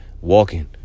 walking